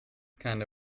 kinda